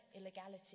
illegality